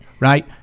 right